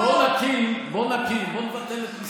אז בוא נעשה מאמץ,